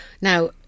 Now